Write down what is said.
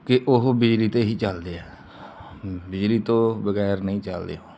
ਕਿ ਉਹ ਬਿਜਲੀ 'ਤੇ ਹੀ ਚੱਲਦੇ ਆ ਬਿਜਲੀ ਤੋਂ ਬਗੈਰ ਨਹੀਂ ਚਲਦੇ